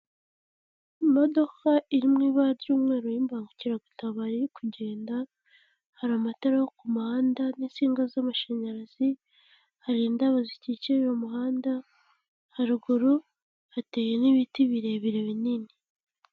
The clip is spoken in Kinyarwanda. Imodoka iri mu ibara ry'umweru y'imbangukiragutabara iri kugenda, hari amatara yo ku muhanda n'insinga z'amashanyarazi, hari indabo zikikije umuhanda, haruguru hateye n'ibiti birebire binini.